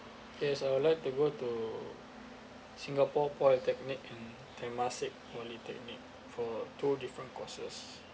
yes I would like to go to singapore polytechnic and temasek polytechnic for two different courses